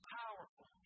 powerful